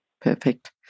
Perfect